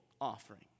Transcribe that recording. offering